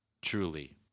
Truly